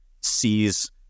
sees